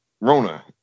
Rona